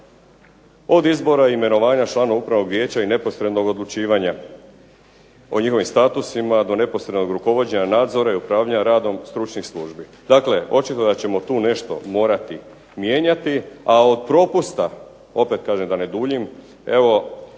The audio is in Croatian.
od izbora, imenovanja članova upravnog vijeća i neposrednog odlučivanja o njihovim statusima, do neposrednog rukovođenja nadzor a i upravljanja radom stručnih službi. Dakle očito da ćemo tu nešto morati mijenjati, a od propusta, opet kažem da ne duljim, evo